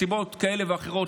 מסיבות כאלה ואחרות,